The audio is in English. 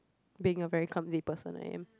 being a very clumsy person I am